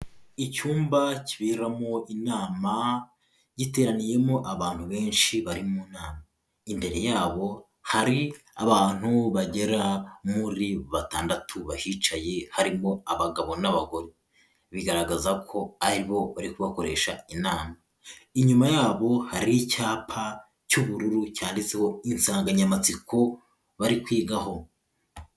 Icyumba kiberamo inama giteraniyemo abantu benshi bari mu nama. Imbere yabo hari abantu bagera muri batandatu bahicaye harimo abagabo n'abagore. Bigaragaza ko aribo bari kubakoresha inama. Inyuma yabo hari icyapa cy'ubururu cyanditseho insanganyamatsiko bari kwigaho.